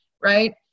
right